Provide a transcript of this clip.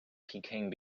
peking